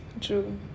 True